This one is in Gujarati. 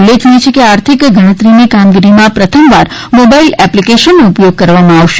ઉલ્લેખનીય છે કે આ આર્થિક ગણતરીની કામગીરીમાં પ્રથમવાર મોબાઇલ એપ્લીકેશનનો ઉપયોગ કરવામાં આવશે